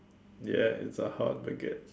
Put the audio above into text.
ya it's a hard baguette